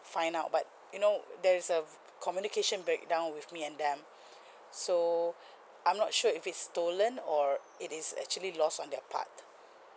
find out but you know there is a communication breakdown with me and them so I'm not sure if it's stolen or it is actually lost on their part